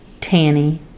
Tanny